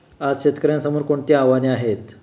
आज शेतकऱ्यांसमोर कोणती आव्हाने आहेत?